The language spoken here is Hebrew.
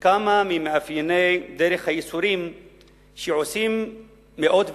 כמה ממאפייני דרך הייסורים שעושים מאות,